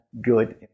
good